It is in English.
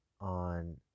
on